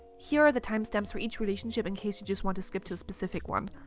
here are the timestamps for each relationship in case you just want to skip to a specific one.